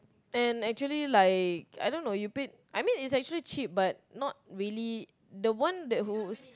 and actually like I don't know you paid I mean it's actually cheap but not really the one that who